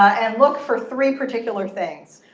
and look for three particular things,